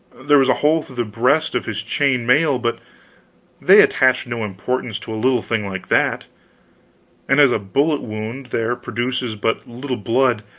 there was a hole through the breast of his chain-mail, but they attached no importance to a little thing like that and as a bullet wound there produces but little blood,